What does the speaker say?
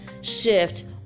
shift